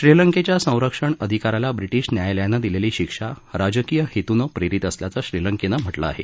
श्रीलंकेच्या संरक्षण अधिका याला ब्रिटीश न्यायालयानं दिलेली शिक्षा राजकीय हेतूनं प्रेरित असल्याचं श्रीलंकेनं म्हटलं आहे